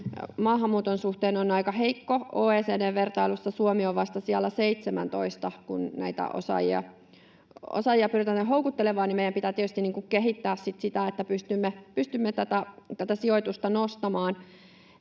maahanmuuton suhteen on aika heikko: OECD-vertailussa Suomi on vasta sijalla 17. Kun näitä osaajia pyritään tänne houkuttelemaan, niin meidän pitää tietysti kehittää sitten sitä, että pystymme tätä sijoitusta nostamaan.